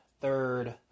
third